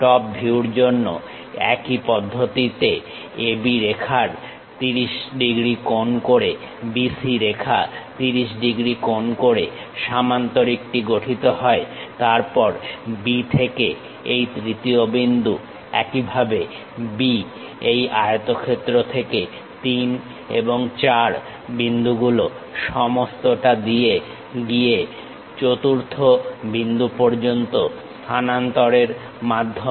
top ভিউর জন্য একই পদ্ধতিতে AB রেখা 30 ডিগ্রী কোণ করে BC রেখা 30 ডিগ্রী কোণ করে সামান্তরিকটি গঠিত হয় তারপর B থেকে এই তৃতীয় বিন্দু একইভাবে B এই আয়তক্ষেত্র থেকে 3 এবং 4 বিন্দুগুলো সমস্তটা গিয়ে চতুর্থ বিন্দু পর্যন্ত স্থানান্তরের মাধ্যমে